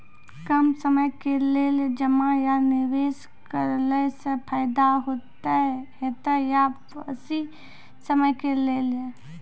कम समय के लेल जमा या निवेश केलासॅ फायदा हेते या बेसी समय के लेल?